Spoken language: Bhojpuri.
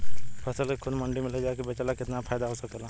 फसल के खुद मंडी में ले जाके बेचला से कितना फायदा हो सकेला?